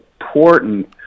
important